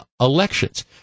elections